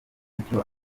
icyo